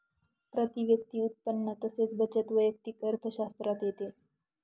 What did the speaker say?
प्रती व्यक्ती उत्पन्न तसेच बचत वैयक्तिक अर्थशास्त्रात येते